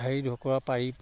ঢাৰি ঢকুৱা পাৰি